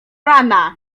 rana